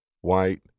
white